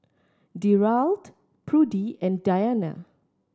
Derald Prudie and Dianna